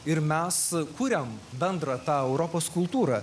ir mes kuriam bendrą tą europos kultūrą